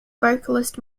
vocalist